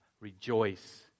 rejoice